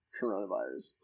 coronavirus